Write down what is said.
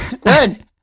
Good